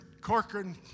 Corcoran